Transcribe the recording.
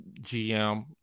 GM